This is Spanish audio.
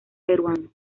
peruano